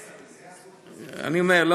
לא,